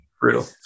Brutal